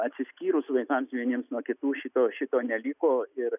atsiskyrus vaikams vieniems nuo kitų šito šito neliko ir